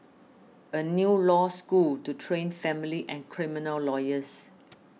a new law school to train family and criminal lawyers